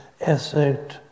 asset